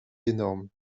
énorme